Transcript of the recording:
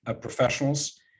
professionals